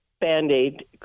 band-aid